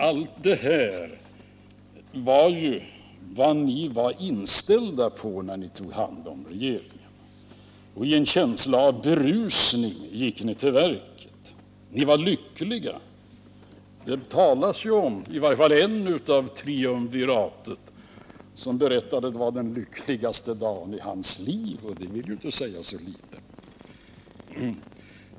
Allt det här var vad ni var inställda på när ni tog hand om regeringen, och i en känsla av berusning gick ni till verket. Ni var lyckliga. Det talas om att i varje fall en inom triumviratet berättade att det var den lyckligaste dagen i hans liv, och det vill inte säga så litet.